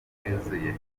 yuzuye